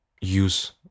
use